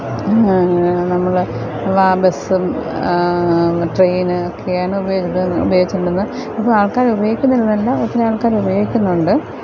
നമ്മൾ വാ ബസ്സും ട്രെയിൻ ഒക്കെയാണ് ഉപയോ ഉപയോഗിച്ചു കൊണ്ടിരുന്നത് അപ്പം ആള്ക്കാരുപയോഗിക്കുന്നില്ലെന്നല്ല ഒത്തിരി ആള്ക്കാരുപയോഗിക്കുന്നുണ്ട്